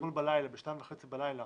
אתמול ב-2:30 בלילה